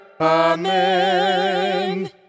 Amen